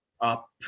up